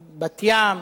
בת-ים,